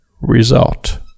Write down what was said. result